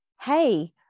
hey